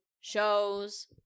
shows